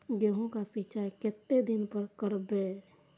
गेहूं का सीचाई कतेक दिन पर करबे?